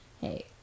hey